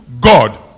God